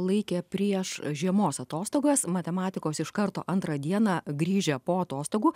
laikė prieš žiemos atostogas matematikos iš karto antrą dieną grįžę po atostogų